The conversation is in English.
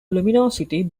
luminosity